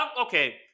okay